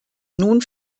nun